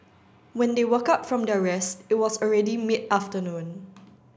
when they woke up from their rest it was already mid afternoon